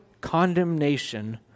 condemnation